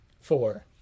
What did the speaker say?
Four